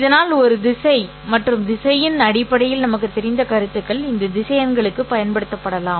இதனால் ஒரு திசை மற்றும் திசையின் அடிப்படையில் நமக்குத் தெரிந்த கருத்துக்கள் இந்த திசையன்களுக்குப் பயன்படுத்தப்படலாம்